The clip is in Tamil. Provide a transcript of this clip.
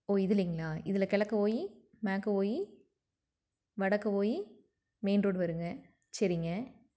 ஓ இதிலிங்களா கிழக்கே போய் மேற்கே போய் வடக்கே போய் மெயின் ரோடு வரும்ங்க சரிங்க